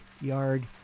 Yard